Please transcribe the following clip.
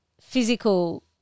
physical